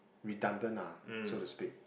redundant ah so to speak